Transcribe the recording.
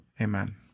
Amen